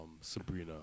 Sabrina